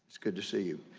good to see you.